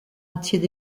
entiers